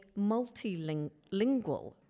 multilingual